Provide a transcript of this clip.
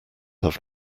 have